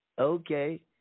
Okay